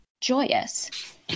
joyous